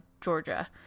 Georgia